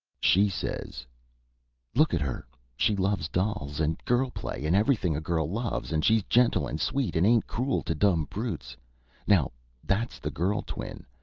she says look at her she loves dolls, and girl-plays, and everything a girl loves, and she's gentle and sweet, and ain't cruel to dumb brutes now that's the girl-twin,